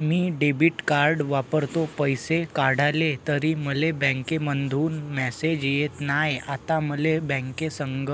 मी debit card वापरतो, पैसे काढले तरी मले बँकेमंधून मेसेज येत नाय, आता मले बँकेसंग